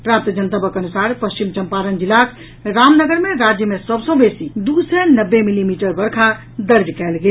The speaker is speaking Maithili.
प्राप्त जनतबक अनुसार पश्चिम चंपारण जिलाक रामनगर मे राज्य मे सभ सँ बेसी दू सय नब्बे मिलीमीटर वर्षा दर्ज कयल गेल